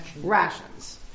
rations